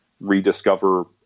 rediscover